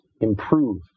improve